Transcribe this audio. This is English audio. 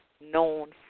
known